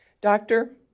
Doctor